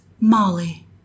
molly